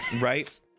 Right